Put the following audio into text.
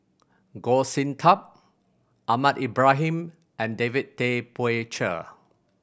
Goh Sin Tub Ahmad Ibrahim and David Tay Poey Cher